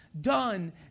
done